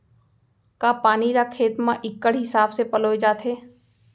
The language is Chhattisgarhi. का पानी ला खेत म इक्कड़ हिसाब से पलोय जाथे?